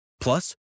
Plus